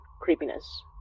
creepiness